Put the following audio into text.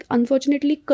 Unfortunately